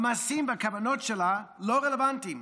המעשים והכוונות שלה לא רלוונטיים.